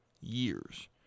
years